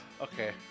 Okay